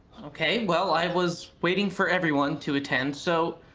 okay, well i was waiting for everyone to attend so,